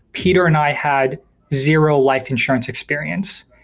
peter and i had zero life insurance experience.